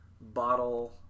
bottle